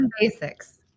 basics